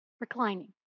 Reclining